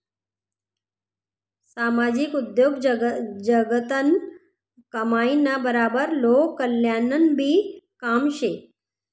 सामाजिक उद्योगजगतनं कमाईना बराबर लोककल्याणनंबी काम शे